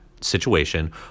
situation